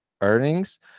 earnings